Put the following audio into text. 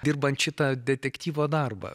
dirbant šitą detektyvo darbą